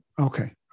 Okay